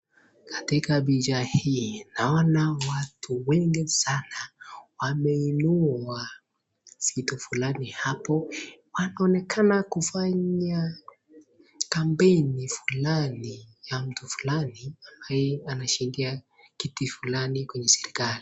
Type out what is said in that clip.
Katika picha hii, naona watu wengi sana, wameinua vitu fulani hapo wanaonekana kufanya kampeni fulani ya mtu fulani ambaye anashindia kiti fulani kwenye serikali.